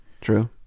true